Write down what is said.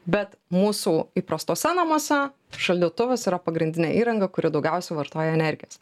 bet mūsų įprastuose namuose šaldytuvas yra pagrindinė įranga kuri daugiausiai vartoja energijos